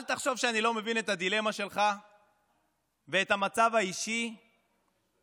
אל תחשוב שאני לא מבין את הדילמה שלך ואת המצב האישי המורכב